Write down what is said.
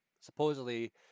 supposedly